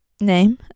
name